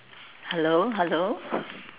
hello hello